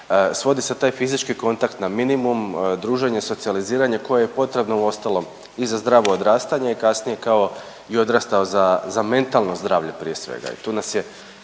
svodi se taj fizički kontakt na minimum, druženje, socijaliziranje koje je potrebno uostalom i za zdravo odrastanje, a kasnije i kao odrastao za mentalno zdravlje prije svega jer tu nas je